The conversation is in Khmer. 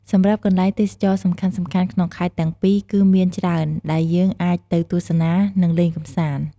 សម្រាប់កន្លែងទេសចរណ៍សំខាន់ៗក្នុងខេត្តទាំងពីរគឺមានច្រើនដែលយើងអាចទៅទស្សនា និងលេងកំសាន្ត។